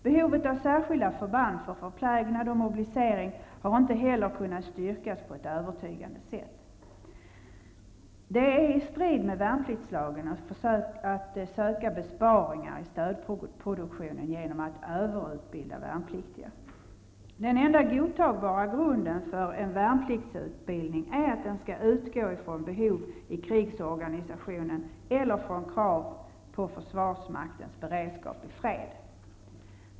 Behovet av särskilda förband för förplägnad och mobilisering har inte heller kunnat styrkas på ett övertygande sätt. Det är i strid med värnpliktslagen att söka besparingar i stödproduktionen genom att överutbilda värnpliktiga. Den enda godtagbara grunden för en värnpliktsutbildning är att den skall utgå från behov i krigsorganisationen eller från krav på försvarsmaktens beredskap i fred.